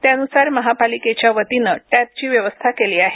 त्यानुसार महापालिकेच्या वतीने टॅबची व्यवस्था केली आहे